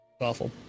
awful